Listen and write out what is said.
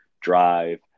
drive